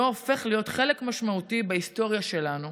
לא הופך להיות חלק משמעותי בהיסטוריה שלנו?